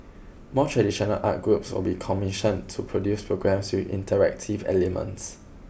more traditional arts groups will be commissioned to produce programmes with interactive elements